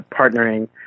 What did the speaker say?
partnering